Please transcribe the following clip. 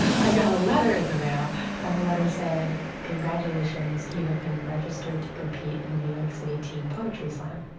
i got a letter in the mail and the letter said, congratulations. you have been registered to compete in the new york city teen poetry slam.